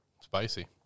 spicy